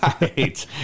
Right